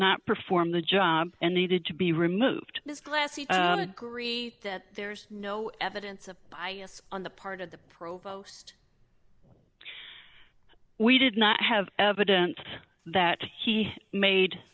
not perform the job and needed to be removed his glasses agree that there's no evidence of bias on the part of the provost we did not have evidence that he made